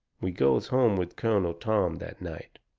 we goes home with colonel tom that night.